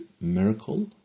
miracle